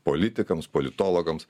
politikams politologams